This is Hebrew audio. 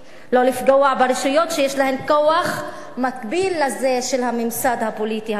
לא לפגוע ברשויות שיש להן כוח המקביל לזה של הממסד הפוליטי המרכזי,